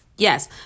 Yes